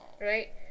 right